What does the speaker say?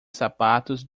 sapatos